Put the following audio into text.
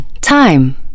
Time